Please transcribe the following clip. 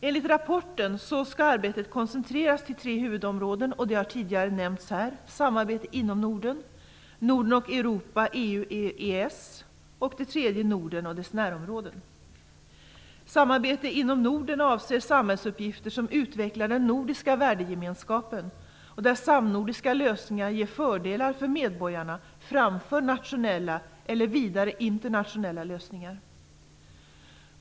Enligt rapporten skall arbetet koncentreras till tre huvudområden, och de har tidigare nämnts här: samarbete inom Norden, Norden och Europa EES och Samarbete inom Norden avser samhällsuppgifter som utvecklar den nordiska värdegemenskapen och där samnordiska lösningar ger fördelar för medborgarna framför nationella eller vidare internationella lösningar.